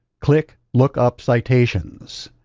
click look up citations.